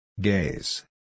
Gaze